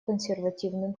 консервативным